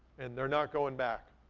and they're not going back.